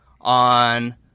on